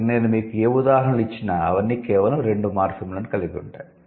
ఇక్కడ నేను మీకు ఏ ఉదాహరణలు ఇచ్చినా అవన్నీ కేవలం రెండు మార్ఫిమ్లను కలిగి ఉంటాయి